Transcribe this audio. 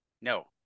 no